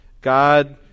God